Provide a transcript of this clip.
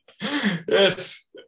Yes